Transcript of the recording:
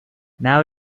now